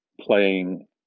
playing